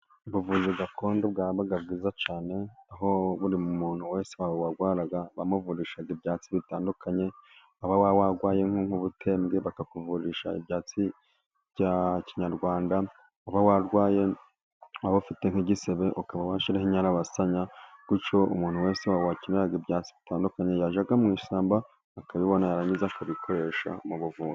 Ubuvuzi gakondo bwabaga bwiza cyane, aho buri muntu wese warwaraga bamuvurishaga ibyatsi bitandukanye, waba warwaye nk'ubutembwe bakakuvurisha ibyatsi bya kinyarwanda, waba warwaye ufite nk'igisebe ukaba washyiraho inyabasanya, gutyo umuntu wese wakeneraga ibyatsi bitandukanye yajyaga mu ishyamba akabibona, yarangiza akabikoresha mu buvuzi.